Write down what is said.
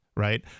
Right